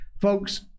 Folks